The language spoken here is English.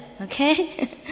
okay